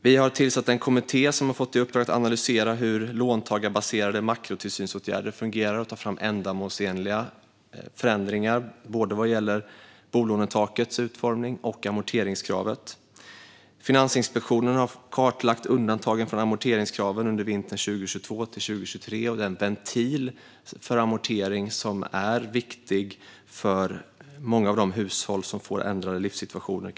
Vi har tillsatt en kommitté som har fått i uppdrag att analysera hur låntagarbaserade makrotillsynsåtgärder fungerar och ta fram ändamålsenliga förändringar vad gäller både bolånetakets utformning och amorteringskravet. Finansinspektionen har kartlagt undantagen från amorteringskraven under vintern 2022-2023 och den ventil för amortering som är viktig för många av de hushåll där livssituationen ändras.